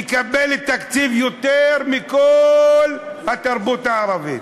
מקבלת תקציב יותר מכל התרבות הערבית.